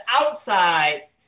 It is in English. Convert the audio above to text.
outside